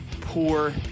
poor